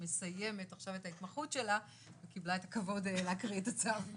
שמסיימת עכשיו את ההתמחות שלה וקיבלה את הכבוד להקריא את הצו.